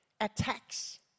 attacks